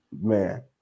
Man